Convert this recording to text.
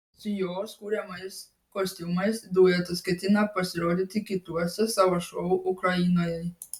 su jos kuriamais kostiumais duetas ketina pasirodyti kituose savo šou ukrainoje